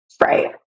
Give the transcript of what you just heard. Right